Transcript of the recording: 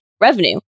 revenue